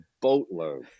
boatload